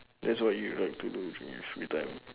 that's what you'd like to do in your free time